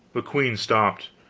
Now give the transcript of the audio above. the queen stopped,